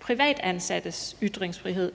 privatansattes ytringsfrihed.